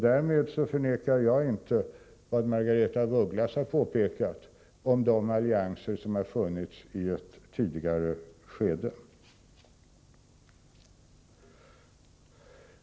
Därmed förnekar jag inte vad Margaretha af Ugglas har påpekat om de allianser som funnits i ett tidigare skede.